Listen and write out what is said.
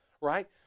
right